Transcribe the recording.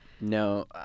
No